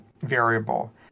variable